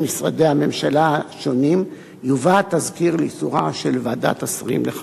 משרדי הממשלה השונים יובא התזכיר לאישורה של ועדת השרים לחקיקה.